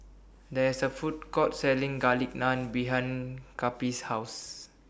There IS A Food Court Selling Garlic Naan behind Cappie's House